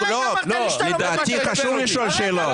חשוב לשאול שאלות.